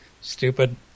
stupid